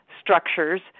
structures